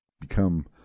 become